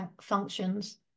functions